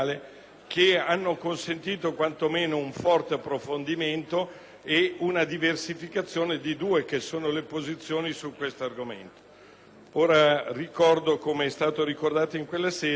che hanno consentito quantomeno un forte approfondimento e una diversificazione di due posizioni su questo argomento. Ricordo, com'è stato ricordato in quella sede,